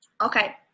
Okay